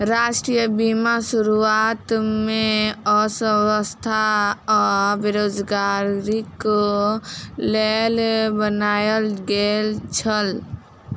राष्ट्रीय बीमा शुरुआत में अस्वस्थता आ बेरोज़गारीक लेल बनायल गेल छल